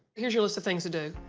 here's your list of things to do.